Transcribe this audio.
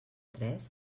tres